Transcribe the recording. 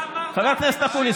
חבר הכנסת אקוניס,